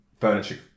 furniture